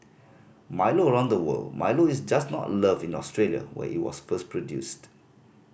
Milo around the world Milo is just not loved in Australia where it was first produced